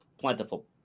plentiful